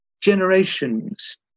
generations